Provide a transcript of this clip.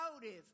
motive